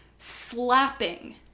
slapping